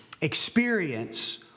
experience